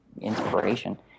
inspiration